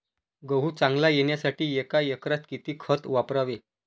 गहू चांगला येण्यासाठी एका एकरात किती खत वापरावे?